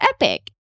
epic